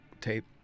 tape